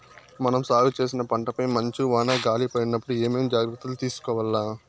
మనం సాగు చేసిన పంటపై మంచు, వాన, గాలి పడినప్పుడు ఏమేం జాగ్రత్తలు తీసుకోవల్ల?